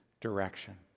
direction